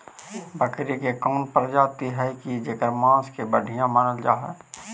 बकरी के कौन प्रजाति हई जेकर मांस के बढ़िया मानल जा हई?